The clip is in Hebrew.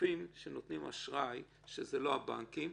גופים שנותנים אשראי, שזה לא הבנקים.